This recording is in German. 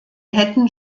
hätten